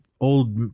old